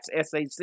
SAC